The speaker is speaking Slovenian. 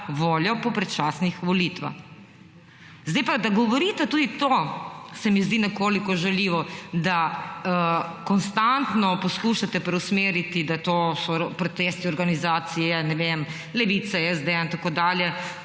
voljo po predčasnih volitvah. Zdaj pa, da govorite, tudi to se mi zdi nekoliko žaljivo, da konstantno poskušate preusmeriti, da to so protesti organizacije, ne vem, Levice, SD-ja in tako dalje,